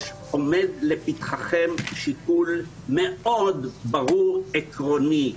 עומד לפתחכם שיקול מאוד ברור, עקרוני,